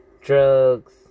drugs